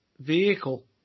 vehicle